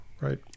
Right